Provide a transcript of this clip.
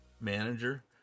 manager